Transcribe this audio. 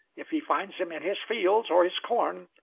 if he finds them in his fields, or his corn,